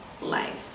life